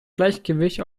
gleichgewicht